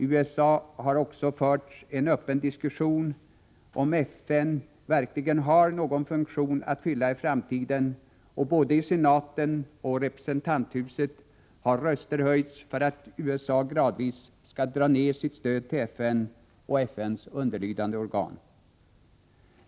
I USA har också förts en öppen diskussion om huruvida FN verkligen har någon funktion att fylla i framtiden, och både i senaten och i representanthuset har röster höjts för att USA gradvis skall dra ned sitt stöd till FN och FN:s underlydande organ.